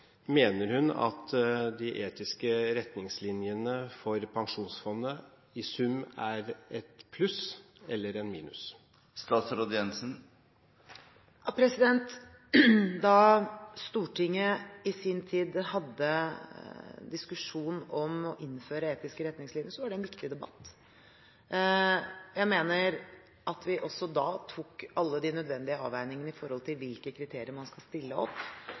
Mener hun at de etiske retningslinjene for Pensjonsfondet i sum er et pluss eller et minus? Da Stortinget i sin tid hadde diskusjon om å innføre etiske retningslinjer, var det en viktig debatt. Jeg mener at vi også da gjorde alle de nødvendige avveiningene av hvilke kriterier man skal stille opp